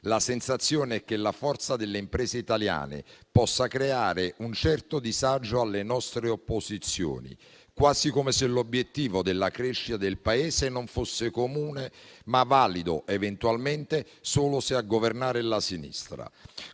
La sensazione è che la forza delle imprese italiane possa creare un certo disagio alle nostre opposizioni, quasi come se l'obiettivo della crescita del Paese non fosse comune, ma valido, eventualmente, solo se a governare è la sinistra.